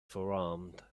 forearmed